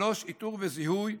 3. איתור וזיהוי,